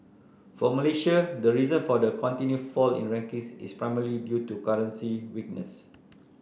for Malaysia the reason for the continued fall in rankings is primarily due to currency weakness